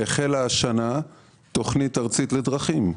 החלה השנה תכנית ארצית לדרכים,